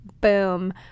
boom